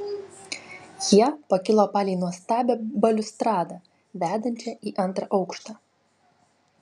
jie pakilo palei nuostabią baliustradą vedančią į antrą aukštą